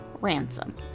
Ransom